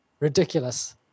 Ridiculous